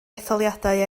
etholiadau